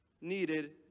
needed